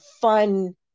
fun